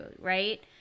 right